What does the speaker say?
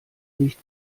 nicht